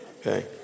Okay